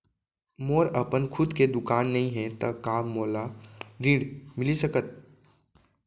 मोर अपन खुद के दुकान नई हे त का मोला ऋण मिलिस सकत?